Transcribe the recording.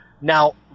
Now